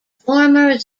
former